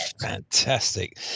Fantastic